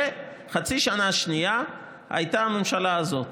וחצי שנה שנייה הייתה הממשלה הזאת.